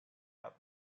out